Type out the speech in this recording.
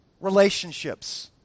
Relationships